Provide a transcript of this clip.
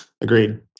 Agreed